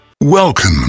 welcome